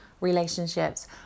relationships